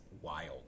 wild